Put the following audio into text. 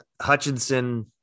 Hutchinson